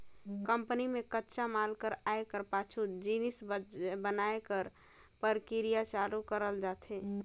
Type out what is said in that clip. company में कच्चा माल कर आए कर पाछू जिनिस बनाए कर परकिरिया चालू करल जाथे